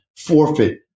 Forfeit